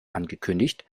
angekündigt